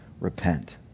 Repent